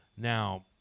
Now